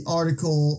article